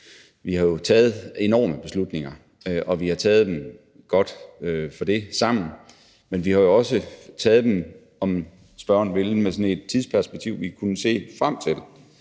vi har taget enorme beslutninger, og vi har taget dem – godt for det – sammen. Men vi har jo også taget dem, om spørgeren vil, med sådan et tidsperspektiv, vi kunne se frem til.